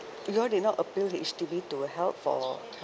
you all did not appeal H_D_B to help for